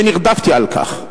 ונרדפתי על כך.